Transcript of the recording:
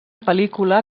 pel·lícula